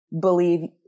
believe